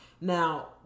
Now